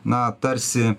na tarsi